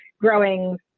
growing